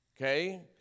okay